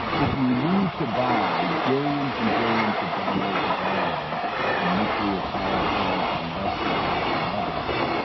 if you need to buy billions and billions of dollars of arms and nuclear power plants from westinghouse and others,